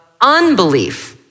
unbelief